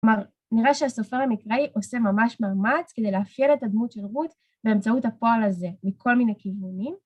כלומר, נראה שהסופר המקראי עושה ממש מאמץ כדי להפעיל את הדמות של רות באמצעות הפועל הזה מכל מיני כיוונים.